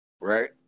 right